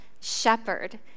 shepherd